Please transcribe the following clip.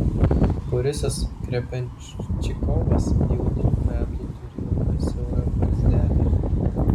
borisas grebenščikovas jau daug metų turi ilgą siaurą barzdelę